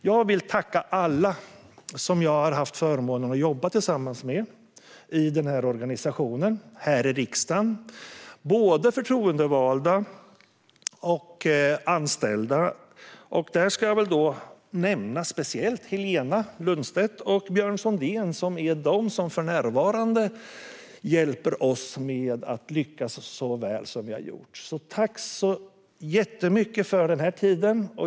Jag vill tacka alla som jag har haft förmånen att arbeta tillsammans med, i den här organisationen och här i riksdagen, både förtroendevalda och anställda. Jag vill speciellt nämna Helena Lundstedt och Björn Sondén, som är de som för närvarande hjälper oss att lyckas så väl. Jag vill tacka så mycket för den här tiden.